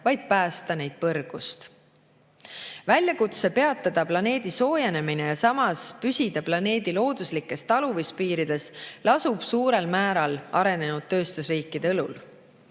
vaid päästa ta ära põrgust. Väljakutse peatada planeedi soojenemine ja samas püsida planeedi looduslikes talumispiirides lasub suurel määral arenenud tööstusriikide